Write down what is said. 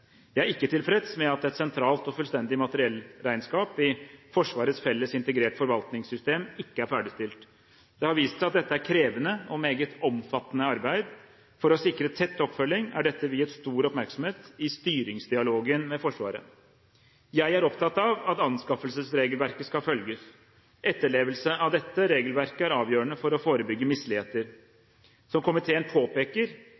Jeg er ikke tilfreds med at et sentralt og fullstendig materiellregnskap i Forsvarets Felles integrert forvaltningssystem ikke er ferdigstilt. Det har vist seg at dette er et krevende og meget omfattende arbeid. For å sikre tett oppfølging er dette viet stor oppmerksomhet i styringsdialogen med Forsvaret. Jeg er opptatt av at anskaffelsesregelverket skal følges. Etterlevelse av dette regelverket er avgjørende for å forebygge